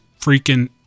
freaking